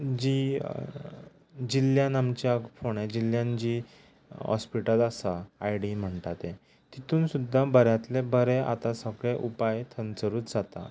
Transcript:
जीं जिल्ल्यान आमच्या फोणे जिल्ल्यान जीं हॉस्पिटल आसा आय डी म्हणटा तें तितून सुद्दां बऱ्यातले बरे आतां सगळे उपाय थंचरूत जाता